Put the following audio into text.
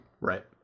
right